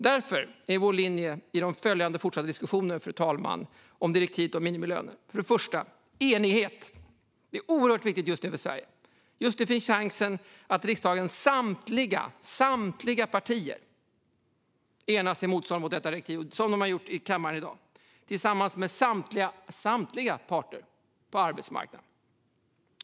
Därför, fru talman, är vår linje i de följande fortsatta diskussionerna om direktivet om minimilöner som följer. För det första: enighet. Det är oerhört viktigt just nu för Sverige. Just nu finns chansen att riksdagens samtliga partier enas i motståndet mot detta direktiv, som de har gjort i kammaren i dag, tillsammans med samtliga parter på arbetsmarknaden.